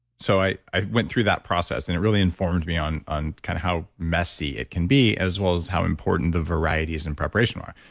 so i i went through that process, and it really informed me on on kind of how messy it can be, as well as how important the varieties and preparation are.